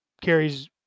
carries